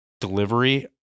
delivery